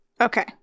Okay